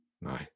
no